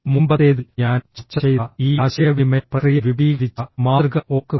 മുമ്പത്തേതിൽ ഞാൻ ചർച്ച ചെയ്ത ഈ ആശയവിനിമയ പ്രക്രിയ വിപുലീകരിച്ച മാതൃക ഓർക്കുക